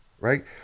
Right